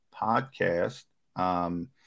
podcast